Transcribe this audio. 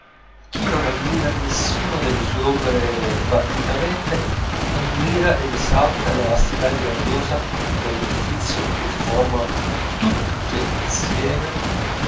chi non ammira nessuna delle sue opere partitamente ammira ed esalta la vastità grandiosa dell'edifizio che formano tutte insieme